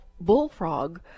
bullfrog